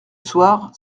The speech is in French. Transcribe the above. soir